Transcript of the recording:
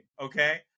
okay